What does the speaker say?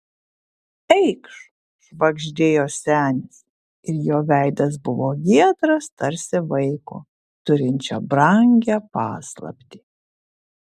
eikš švagždėjo senis ir jo veidas buvo giedras tarsi vaiko turinčio brangią paslaptį